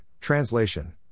Translation